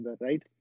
right